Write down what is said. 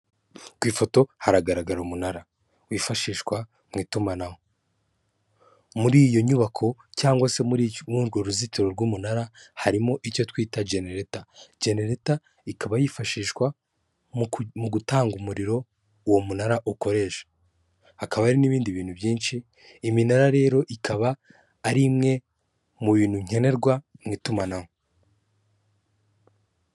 Ku ifoto haragaragara umunara wifashishwa mu itumanaho. Muri iyo nyubako cyangwa se muri urwo ruzitiro rw'umunara harimo icyo twita genereta, jenereta ikaba yifashishwa mu gutanga umuriro uwo munara ukoresha. Hakaba hari n'ibindi bintu byinshi. Iminara rero ikaba ari imwe mu bintu nkenerwa mu itumanaho.